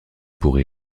pour